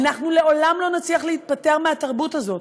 אנחנו לעולם לא נצליח להיפטר מהתרבות הזאת.